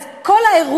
אז כל האירוע,